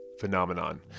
phenomenon